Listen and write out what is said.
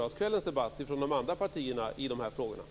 Det upplevde vi från de andra partierna i gårdagskvällens debatt.